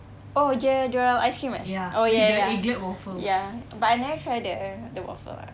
oh dia jual ice cream eh oh ya ya ya ya but I never try the the waffle one